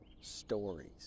stories